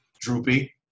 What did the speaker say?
droopy